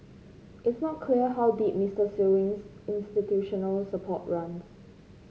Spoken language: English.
it's not clear how deep Mister Sewing's institutional support runs